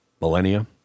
millennia